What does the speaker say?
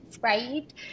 right